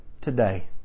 today